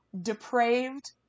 depraved